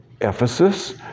Ephesus